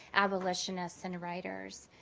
abolitionists, and writers.